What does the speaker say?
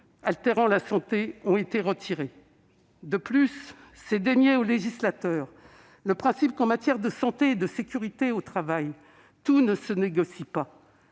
altérant la santé ont ainsi été retirés ! De plus, c'est dénier au législateur le principe que, en matière de santé et de sécurité au travail, tout ne se négocie pas.